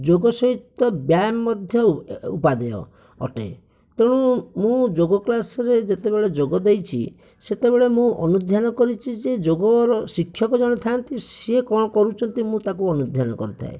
ଯୋଗ ସହିତ ବ୍ୟାୟାମ ମଧ୍ୟ ଉପାଦେୟ ଅଟେ ତେଣୁ ମୁଁ ଯୋଗ କ୍ଳାସରେ ଯେତେବେଳେ ଯୋଗ ଦେଇଛି ସେତେବେଳେ ମୁଁ ଅନୁଧ୍ୟାନ କରିଛି ଯେ ଯୋଗର ଶିକ୍ଷକ ଜଣେ ଥାନ୍ତି ସିଏ କଣ କରୁଛନ୍ତି ମୁଁ ତାଙ୍କୁ ଅନୁଧ୍ୟାନ କରିଥାଏ